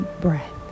breath